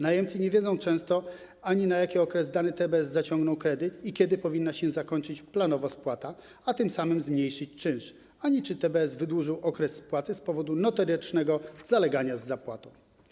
Najemcy nie wiedzą często ani na jaki okres dany TBS zaciągnął kredyt i kiedy powinna się zakończyć planowo spłata, a tym samym zmniejszyć czynsz, ani czy TBS wydłużył okres spłaty z powodu notorycznego zalegania z zapłatą.